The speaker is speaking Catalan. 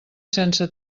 sense